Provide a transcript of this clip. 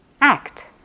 act